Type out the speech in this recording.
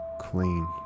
clean